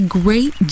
great